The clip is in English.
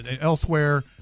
elsewhere